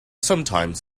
sometimes